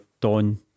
Don